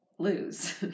lose